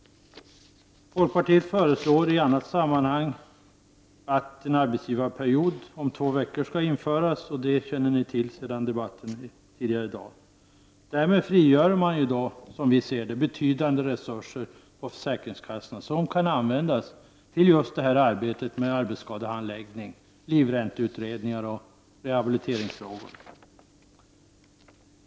Folkpartiet föreslår i ett annat sammanhang att en arbetsgivarperiod om två veckor skall införas i sjukförsäkringen. Det känner ni till sedan den tidigare debatten i dag. Därmed frigörs betydande resurser på försäkringskassorna, som kan användas till arbete med arbetsskadehandläggning, livränteutredningar och rehabiliteringsfrågor.